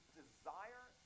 desire